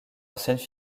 enseigne